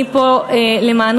אני פה למענכם,